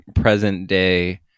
present-day